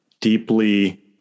deeply